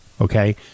Okay